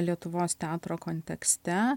lietuvos teatro kontekste